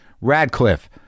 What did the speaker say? Radcliffe